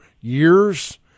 years